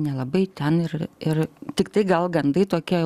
nelabai ten ir ir tiktai gal gandai tokia